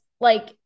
like-